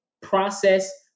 process